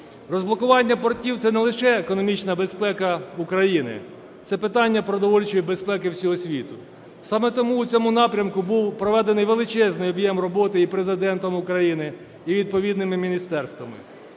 Розблокування портів – це не лише економічна безпека України, це питання продовольчої безпеки всього світу. Саме тому в цьому напрямку був проведений величезний об'єм роботи і Президентом України, і відповідними міністерствами.